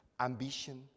Ambition